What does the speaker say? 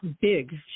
big